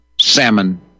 salmon